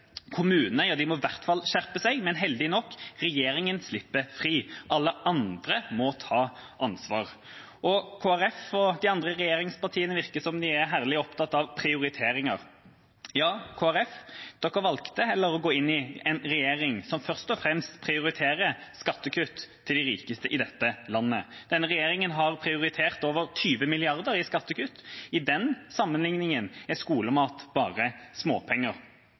kommunene må i hvert fall skjerpe seg, mens regjeringa – heldige nok – slipper fri. Alle andre må ta ansvar. Kristelig Folkeparti og de andre regjeringspartiene virker som om de er herlig opptatt av prioriteringer. Ja, Kristelig Folkeparti valgte heller å gå inn i en regjering som først og fremst prioriterer skattekutt til de rikeste i dette landet. Denne regjeringa har prioritert over 20 mrd. kr i skattekutt. I den sammenligningen er skolemat bare småpenger.